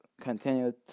continued